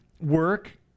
Work